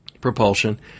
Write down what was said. propulsion